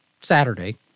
Saturday